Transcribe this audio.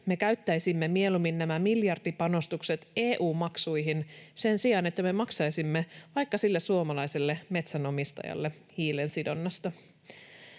me käyttäisimme mieluummin nämä miljardipanostukset EU-maksuihin sen sijaan, että me maksaisimme vaikka sille suomalaiselle metsänomistajalle hiilensidonnasta?